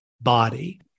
body